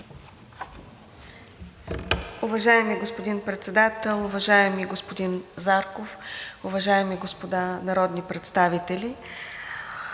Уважаеми господин Председател, уважаеми господин Зарков, уважаеми господа народни представители!